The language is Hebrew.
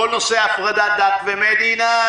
כל נושא הפרדת דת ומדינה,